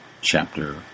chapter